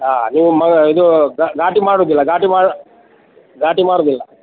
ಹಾಂ ನೀವು ಮ ಇದು ಘಾಟಿ ಮಾರುದಿಲ್ಲ ಘಾಟಿ ಮಾ ಘಾಟಿ ಮಾರುದಿಲ್ಲ